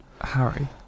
Harry